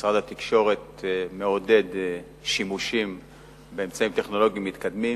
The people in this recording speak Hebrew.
משרד התקשורת מעודד שימוש באמצעים טכנולוגיים מתקדמים.